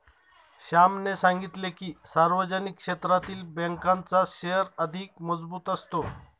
श्यामने सांगितले की, सार्वजनिक क्षेत्रातील बँकांचा शेअर अधिक मजबूत असतो